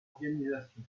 organisation